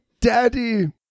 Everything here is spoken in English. daddy